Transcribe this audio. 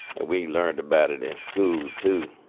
and we learned about it in school, too.